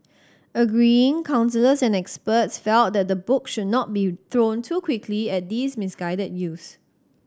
agreeing counsellors and experts felt that the book should not be thrown too quickly at these misguided youths